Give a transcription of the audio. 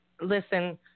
Listen